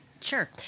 Sure